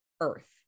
earth